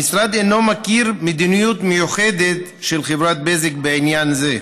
המשרד אינו מכיר מדיניות מיוחדת של חברת בזק בעניין זה,